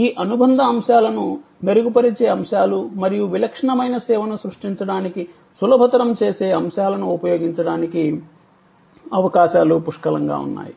ఈ అనుబంధ అంశాలను మెరుగుపరిచే అంశాలు మరియు విలక్షణమైన సేవను సృష్టించడానికి సులభతరం చేసే అంశాలను ఉపయోగించడానికి అవకాశాలు పుష్కలంగా ఉన్నాయి